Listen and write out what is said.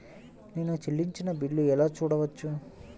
నేను చెల్లించిన బిల్లు ఎలా చూడవచ్చు?